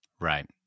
Right